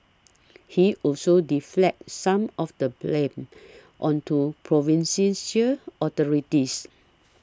he also deflected some of the blame onto province sincere authorities